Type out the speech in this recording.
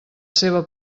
seua